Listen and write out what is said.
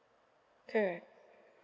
cool